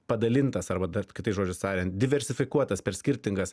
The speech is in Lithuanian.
padalintas arba dar kitais žodžiais tariant diversifikuotas per skirtingas